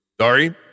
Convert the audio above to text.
Sorry